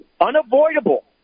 unavoidable